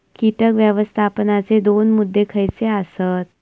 कीटक व्यवस्थापनाचे दोन मुद्दे खयचे आसत?